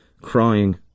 crying